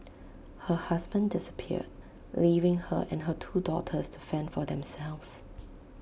her husband disappeared leaving her and her two daughters to fend for themselves